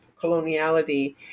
coloniality